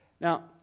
Now